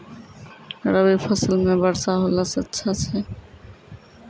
रवी फसल म वर्षा होला से अच्छा छै?